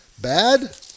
Bad